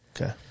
Okay